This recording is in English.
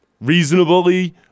reasonably